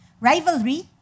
rivalry